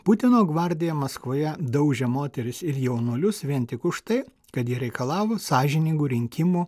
putino gvardija maskvoje daužė moteris ir jaunuolius vien tik už tai kad jie reikalavo sąžiningų rinkimų